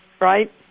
right